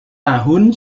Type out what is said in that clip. tahun